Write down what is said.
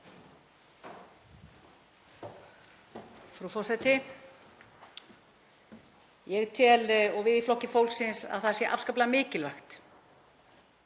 Frú forseti. Ég tel og við í Flokki fólksins að það sé afskaplega mikilvægt